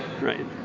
Right